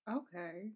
okay